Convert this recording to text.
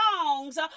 songs